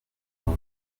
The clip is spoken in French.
dans